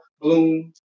bloom